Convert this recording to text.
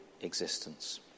existence